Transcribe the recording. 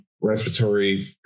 respiratory